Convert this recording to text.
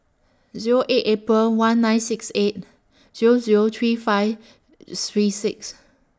Zero eight April one nine six eight Zero Zero three five three six